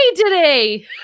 today